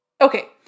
Okay